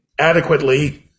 adequately